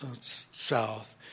south